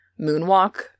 moonwalk